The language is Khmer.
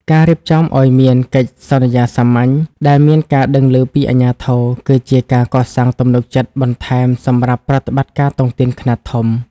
ការរៀបចំឱ្យមាន "កិច្ចសន្យាសាមញ្ញ" ដែលមានការដឹងឮពីអាជ្ញាធរ គឺជាការកសាងទំនុកចិត្តបន្ថែមសម្រាប់ប្រតិបត្តិការតុងទីនខ្នាតធំ។